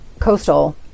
Coastal